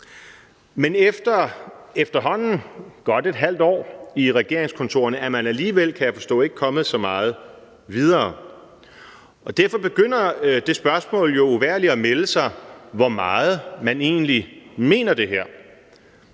Men efter godt et halvt år i regeringskontorerne er man alligevel, kan jeg forstå, ikke kommet så meget videre. Og derfor begynder det spørgsmål om, hvor meget man egentlig mener det her,